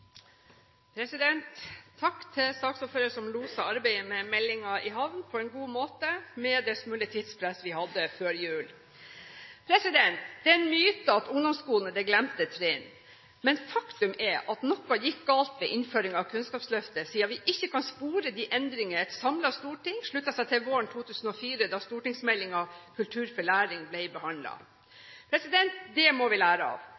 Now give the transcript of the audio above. en myte at ungdomsskolen er det glemte trinn. Men faktum er at noe gikk galt ved innføringen av Kunnskapsløftet, siden vi ikke kan spore de endringer et samlet storting sluttet seg til våren 2004, da stortingsmeldingen Kultur for læring ble behandlet. Det må vi lære av.